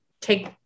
take